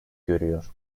görüyor